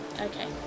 Okay